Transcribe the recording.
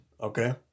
Okay